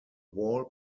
wall